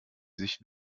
sich